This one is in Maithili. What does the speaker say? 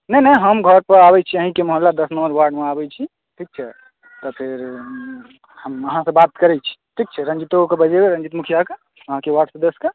नहि नहि हम घर पर आबैत छी अहिँके मोहल्ला दश नम्बर वार्डमे आबैत छी ठीक छै तऽ फेर हम अहाँसे बात करैत छी ठीक छै रञ्जितोके बजेबै रञ्जित मुखिआके अहाँकेँ वार्ड सदस्यके